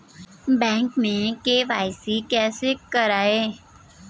Bank में KYC कैसे करायें?